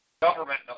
Government